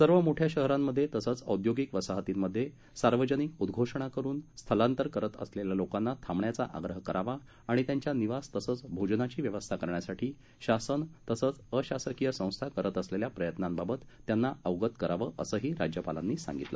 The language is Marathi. सर्व मोठ्या शहरांमध्ये तसंच औद्योगिक वसाहतींमध्ये सार्वजनिक उद्घोषणा करून स्थलांतर करीत असलेल्या लोकांना थांबण्याचा आग्रह करावा व त्यांच्या निवास व भोजनाची व्यवस्था करण्यासाठी शासन तसंच अशासकीय संस्था करीत असलेल्या प्रयत्नांबाबत त्यांना अवगत करावं असंही राज्यपालांनी सांगितलं